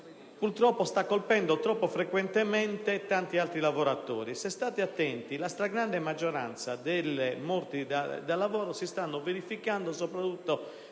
purtroppo sta colpendo troppo frequentemente tanti altri lavoratori. Se fate attenzione, la stragrande maggioranza delle morti sul lavoro si stanno verificando soprattutto